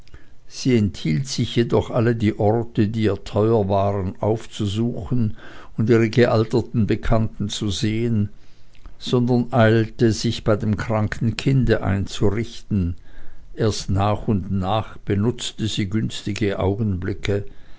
sie enthielt sich jedoch alle die orte die ihr teuer waren aufzusuchen und ihre gealterten bekannten zu sehen sondern eilte sich bei dem kranken kinde einzurichten erst nach und nach benutzte sie günstige augen